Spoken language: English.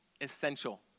essential